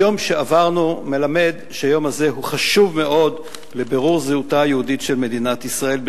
היום שעברנו מלמד שהוא חשוב מאוד לבירור זהותה היהודית של מדינת ישראל.